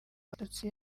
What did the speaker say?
abatutsi